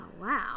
wow